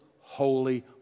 holy